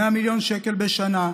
100 מיליון שקל בשנה.